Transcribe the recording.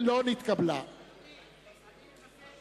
אני מבקש מכל שרי הממשלה,